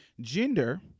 Gender